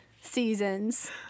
seasons